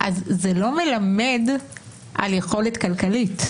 אז לא מלמד על יכולת כלכלית.